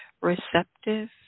receptive